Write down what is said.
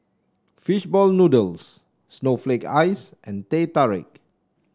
fish ball noodles Snowflake Ice and Teh Tarik